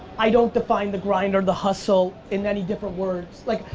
i don't define the grind or the hustle in any different words, like,